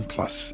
Plus